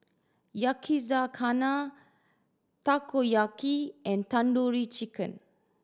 Yakizakana Takoyaki and Tandoori Chicken